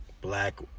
Black